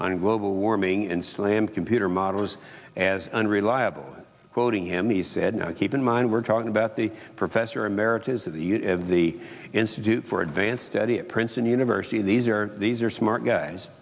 on global warming and slammed computer models as unreliable quoting him he said keep in mind we're talking about the professor emeritus of the of the institute for advanced study at princeton university these are these are smart guys